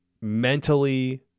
mentally